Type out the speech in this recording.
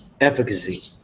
efficacy